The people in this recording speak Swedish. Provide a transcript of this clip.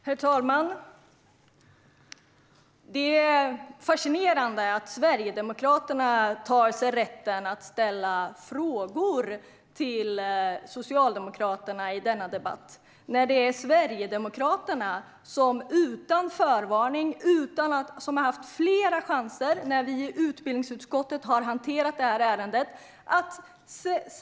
Herr talman! Det är fascinerande att Sverigedemokraterna tar sig rätten att ställa frågor till Socialdemokraterna i denna debatt. Sverigedemokraterna har haft flera chanser att räcka upp handen och begära ordet när utbildningsutskottet har hanterat ärendet.